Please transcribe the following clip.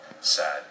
sad